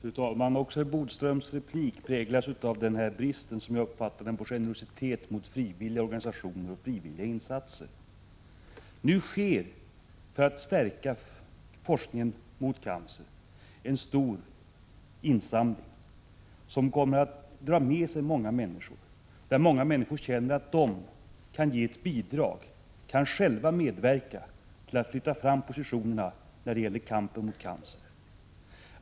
Fru talman! Också Lennart Bodströms replik präglas av bristen, som jag uppfattar det, på generositet mot frivilliga organisationer och frivilliga insatser. Nu sker, för att stärka forskningen om cancer, en stor insamling som kommer att dra med sig många människor. Många människor känner att de genom att ge ett bidrag själva kan medverka till att flytta fram positionerna i kampen mot cancer.